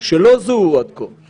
שלא זוהו עד כה?